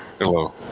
Hello